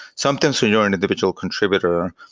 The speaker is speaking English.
sometimes your individual contributor.